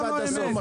תקשיב עד הסוף.